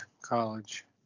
college